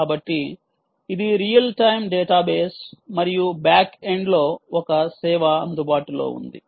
కాబట్టి ఇది real time database మరియు బ్యాక్ ఎండ్లో ఒక సేవ అందుబాటులో ఉంది